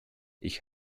ich